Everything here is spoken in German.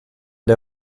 der